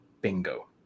Bingo